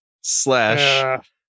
slash